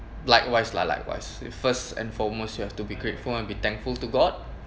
likewise lah likewise first and foremost you have to be grateful and be thankful to god